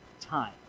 time